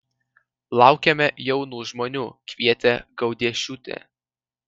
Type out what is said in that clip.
laukiame jaunų žmonių kvietė gaudiešiūtė